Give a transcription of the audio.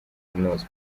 illinois